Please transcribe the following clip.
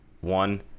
one